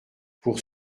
pour